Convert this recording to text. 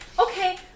Okay